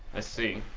i see.